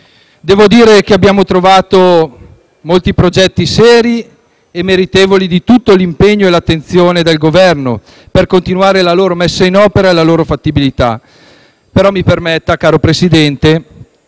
Devo dire che abbiamo trovato molti progetti seri e meritevoli di tutto l'impegno e l'attenzione del Governo per continuare la loro messa in opera e la loro fattibilità. Tuttavia Presidente,